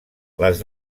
les